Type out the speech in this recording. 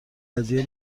قضیه